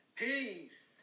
peace